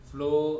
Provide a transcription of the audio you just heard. Flow